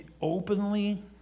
openly